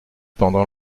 pendant